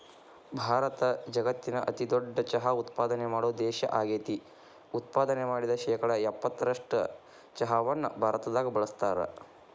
ಭಾರತ ಜಗತ್ತಿನ ಅತಿದೊಡ್ಡ ಚಹಾ ಉತ್ಪಾದನೆ ಮಾಡೋ ದೇಶ ಆಗೇತಿ, ಉತ್ಪಾದನೆ ಮಾಡಿದ ಶೇಕಡಾ ಎಪ್ಪತ್ತರಷ್ಟು ಚಹಾವನ್ನ ಭಾರತದಾಗ ಬಳಸ್ತಾರ